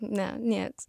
ne nieks